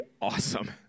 awesome